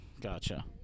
gotcha